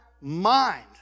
mind